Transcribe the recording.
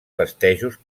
festejos